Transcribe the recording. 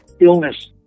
illness